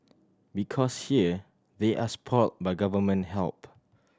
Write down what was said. because here they are spoilt by Government help